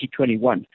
2021